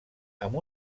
amb